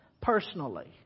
personally